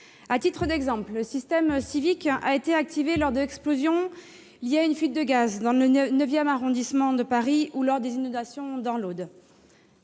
À titre d'exemple, le système Sivic a été activé récemment lors de l'explosion liée à une fuite de gaz dans le IX arrondissement de Paris ou des inondations dans l'Aude.